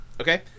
Okay